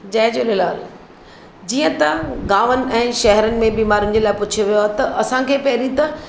जय झूलेलाल जीअं त गांवनि ऐं शहरनि में बीमारियूं जे लाइ पुछियो वियो आहे त असांखे पहिरीं त